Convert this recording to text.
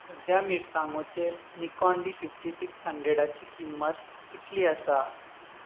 सद्या मिरसांगोचेर Nikon D fifty six हंड्रेडाची किंमत कितली आसा